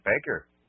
Baker